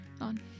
On